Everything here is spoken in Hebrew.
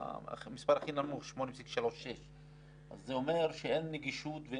המספר הכי נמוך, 8.36. זה אומר שאין נגישות.